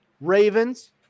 Ravens